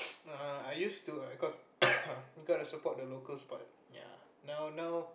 I used to I got I got to support the locals part ya now now